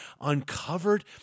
uncovered